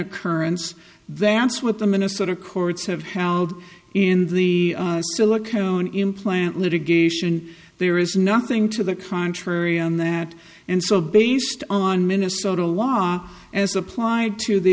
occurrence that's what the minnesota courts have held in the silicone implant litigation there is nothing to the contrary on that and so based on minnesota law as applied to the